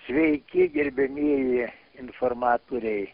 sveiki gerbiamieji informatoriai